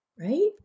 Right